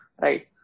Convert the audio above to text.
right